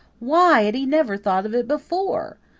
why had he never thought of it before?